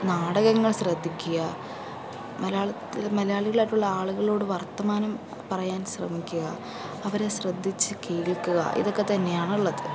നാടകങ്ങൾ ശ്രദ്ധിക്കുക മലയാളത്തിൽ മലയാളികൾ ആയിട്ടുള്ള ആളുകളോട് വർത്താനം പറയാൻ ശ്രമിക്കുക അവരെ ശ്രദ്ധിച്ച് കേൾക്കുക ഇതൊക്കെ തന്നെയാണ് ഉള്ളത്